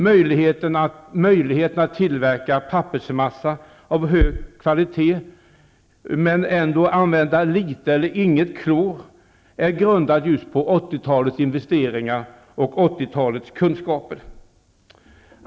Möjligheten att tillverka pappersmassa av hög kvalitet men ändå använda litet eller inget klor är grundad just på 80-talets investeringar och 80-talets kunskaper.